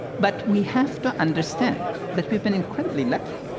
but we have to understand that we've been incredibly lucky.